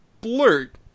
Blurt